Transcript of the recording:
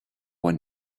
one